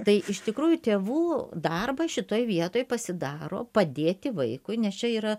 tai iš tikrųjų tėvų darbas šitoj vietoj pasidaro padėti vaikui nes čia yra